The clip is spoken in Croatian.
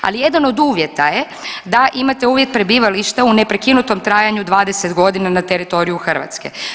Ali jedan od uvjeta je da imate uvjet prebivališta u neprekinutom trajanju 20 godina na teritoriju Hrvatske.